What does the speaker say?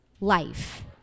life